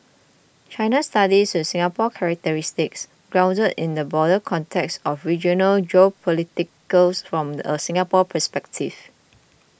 China studies with Singapore characteristics grounded in the broader context of regional geopolitics from a Singapore perspective